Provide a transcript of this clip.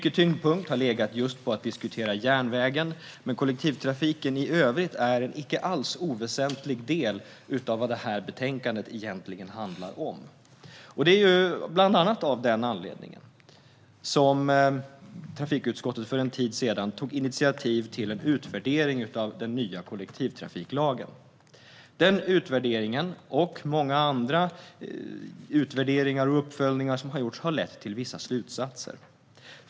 Tyngdpunkten har legat på att diskutera järnvägen, men kollektivtrafiken i övrigt är en icke alls oväsentlig del av vad det här betänkandet egentligen handlar om. Det är bland annat av den anledningen som trafikutskottet för en tid sedan tog initiativ till en utvärdering av den nya kollektivtrafiklagen. Den utvärderingen och många andra utvärderingar och uppföljningar som har gjorts har lett till vissa slutsatser.